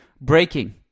Breaking